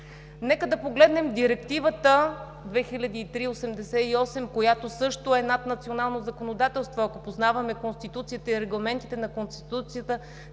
Нека да погледнем Директивата 2003/88, която също е наднационално законодателство. Ако познаваме Конституцията и регламентите на Конституцията,